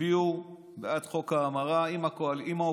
הצביעו בעד חוק ההמרה, עם האופוזיציה,